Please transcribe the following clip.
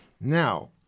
Now